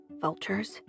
Vultures